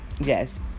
Yes